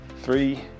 three